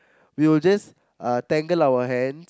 we will just uh tangle our hands